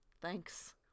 Thanks